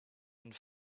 and